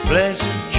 Blessed